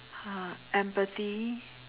uh empathy